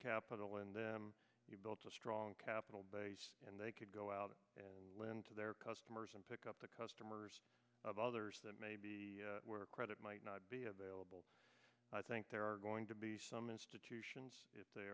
capital in them you built a strong capital base and they could go out and lend to their customers and pick up the customers of others that may be where credit might not be available i think there are going to be some institutions